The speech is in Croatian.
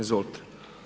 Izvolite.